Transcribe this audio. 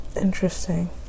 interesting